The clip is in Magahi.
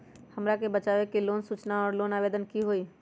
हमरा के बताव कि लोन सूचना और लोन आवेदन की होई?